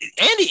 Andy